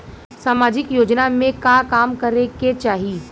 सामाजिक योजना में का काम करे के चाही?